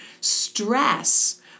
stress